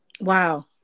Wow